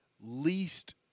least